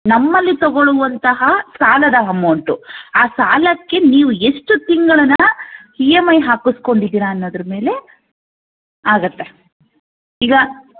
ನಮ್ಮಲ್ಲಿ ತಗೊಳ್ಳುವಂತಹ ಸಾಲದ ಅಮೌಂಟು ಆ ಸಾಲಕ್ಕೆ ನೀವು ಎಷ್ಟು ತಿಂಗಳಿನ ಇ ಎಮ್ ಐ ಹಾಕಿಸ್ಕೊಂಡಿದ್ದೀರ ಅನ್ನೋದ್ರ ಮೇಲೆ ಆಗತ್ತೆ ಈಗ